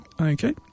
Okay